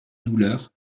douleur